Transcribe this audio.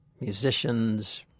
musicians